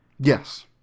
Yes